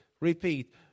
repeat